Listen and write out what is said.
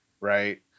Right